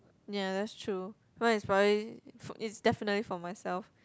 ya that's true mine is probably f~ is definitely for myself